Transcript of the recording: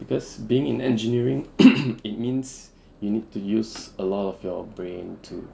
because being in engineering it means you need to use a lot of your brain to